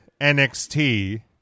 NXT